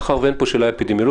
מאחר ואין פה שאלה אפידמיולוגית,